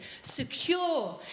secure